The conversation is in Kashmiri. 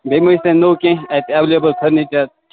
بیٚیہِ ما چھِ تۄہہِ نوٚو کیٚنٛہہ اَتہِ ایٚویلیبُل فٔرنیٖچَر